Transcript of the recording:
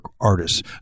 artists